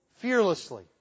Fearlessly